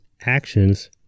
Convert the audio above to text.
actions